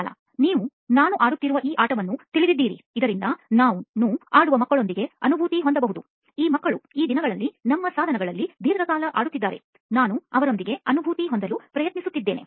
ಬಾಲಾ ನೀವು ನಾನು ಆಡುತ್ತಿರುವ ಈ ಆಟವನ್ನು ತಿಳಿದಿದ್ದೀರಿ ಇದರಿಂದ ನಾನು ಆಡುವ ಮಕ್ಕಳೊಂದಿಗೆ ಅನುಭೂತಿ ಹೊಂದಬಹುದು ಈ ಮಕ್ಕಳು ಈ ದಿನಗಳಲ್ಲಿ ನಮ್ಮ ಸಾಧನಗಳಲ್ಲಿ ದೀರ್ಘಕಾಲ ಆಡುತ್ತಿದ್ದಾರೆ ನಾನು ಅವರೊಂದಿಗೆ ಅನುಭೂತಿ ಹೊಂದಲು ಪ್ರಯತ್ನಿಸುತ್ತೇನೆ